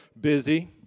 busy